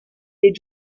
les